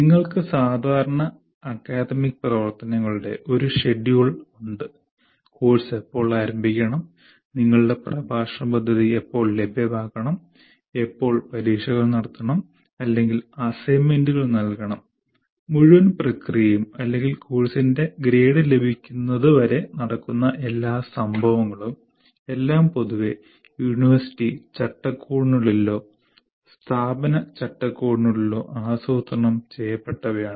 നിങ്ങൾക്ക് സാധാരണ അക്കാദമിക് പ്രവർത്തനങ്ങളുടെ ഒരു ഷെഡ്യൂൾ ഉണ്ട് കോഴ്സ് എപ്പോൾ ആരംഭിക്കണം നിങ്ങളുടെ പ്രഭാഷണ പദ്ധതി എപ്പോൾ ലഭ്യമാക്കണം എപ്പോൾ പരീക്ഷകൾ നടത്തണം അല്ലെങ്കിൽ അസൈൻമെന്റുകൾ നൽകണം മുഴുവൻ പ്രക്രിയയും അല്ലെങ്കിൽ കോഴ്സിന്റെ ഗ്രേഡ് ലഭിക്കുന്നതുവരെ നടക്കുന്ന എല്ലാ സംഭവങ്ങളും എല്ലാം പൊതുവെ യൂണിവേഴ്സിറ്റി ചട്ടക്കൂടിനുള്ളിലോ സ്ഥാപന ചട്ടക്കൂടിനുള്ളിലോ ആസൂത്രണം ചെയ്യപ്പെട്ടവയാണ്